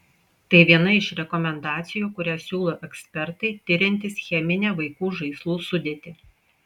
tai viena iš rekomendacijų kurią siūlo ekspertai tiriantys cheminę vaikų žaislų sudėtį